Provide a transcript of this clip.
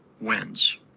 wins